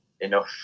enough